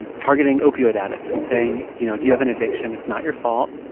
and targeting opioid addicts and saying, do you know, do you have an addiction? it's not your fault.